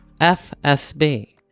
FSB